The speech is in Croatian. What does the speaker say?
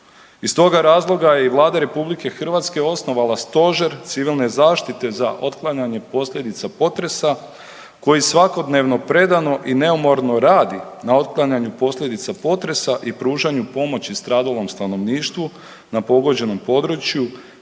Iz toga razloga je i Vlada RH osnovala stožer civilne zaštite za otklanjanje posljedica potresa koji svakodnevno predano i neumorno radi na otklanjanju posljedica potresa i pružanju pomoći stradalom stanovništvu na pogođenom području